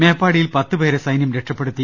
മേപ്പാടിയിൽ പത്തുപേരെ സൈനൃം രക്ഷപ്പെടുത്തി